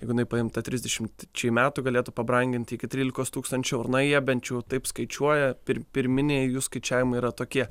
jeigu jinai paimta trisdešimt metų galėtų pabranginti iki trylikos tūkstančių eurų na jie bent jau taip skaičiuoja pirminiai jų skaičiavimai yra tokie